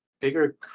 bigger